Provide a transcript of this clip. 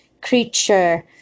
creature